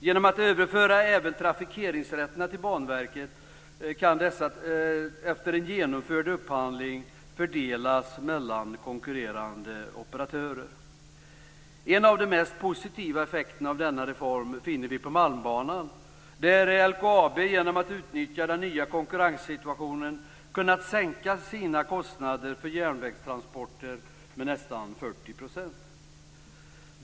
Genom att överföra även trafikeringsrätterna till Banverket kan dessa efter en genomförd upphandling fördelas mellan konkurrerande operatörer. En av de mest positiva effekterna av denna reform finner vi på Malmbanan, där LKAB genom att utnyttja den nya konkurrenssituationen kunnat sänka sina kostnader för järnvägstransporter med nästan 40 %.